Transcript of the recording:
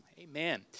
Amen